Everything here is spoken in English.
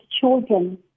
children